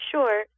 Sure